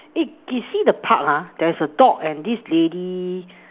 eh you see the park ha there's a dog and this lady